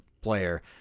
player